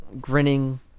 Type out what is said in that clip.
grinning